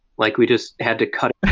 like we just had to cut